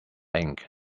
ink